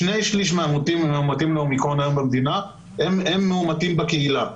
שני שליש מהמאומתים לאומיקרון היום במדינה הם מאומתים בקהילה.